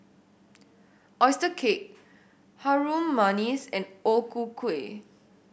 oyster cake Harum Manis and O Ku Kueh